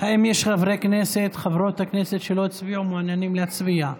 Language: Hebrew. האם יש חברי כנסת או חברות כנסת שלא הצביעו ומעוניינים להצביע?